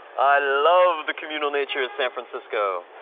i love the communal nature of san francisco.